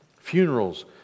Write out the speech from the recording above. Funerals